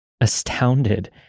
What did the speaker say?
Astounded